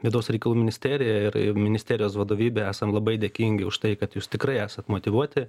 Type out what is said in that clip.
vidaus reikalų ministerija ir ir ministerijos vadovybė esam labai dėkingi už tai kad jūs tikrai esat motyvuoti